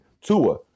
Tua